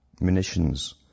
munitions